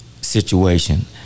situation